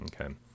Okay